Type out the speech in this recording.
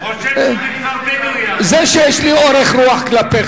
הוא חושב ש זה שיש לי אורך רוח כלפיך